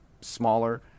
smaller